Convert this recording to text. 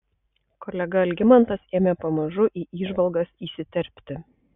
kolega algimantas ėmė pamažu į įžvalgas įsiterpti